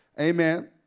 Amen